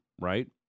Right